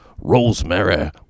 Rosemary